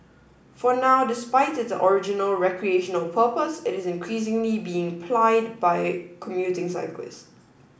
for now despite its original recreational purpose it is increasingly being plied by commuting cyclists